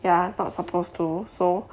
ya not supposed to so